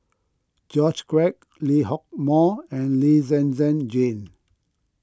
George Quek Lee Hock Moh and Lee Zhen Zhen Jane